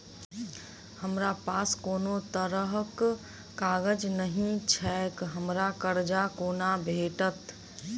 हमरा पास कोनो तरहक कागज नहि छैक हमरा कर्जा कोना भेटत?